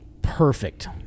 perfect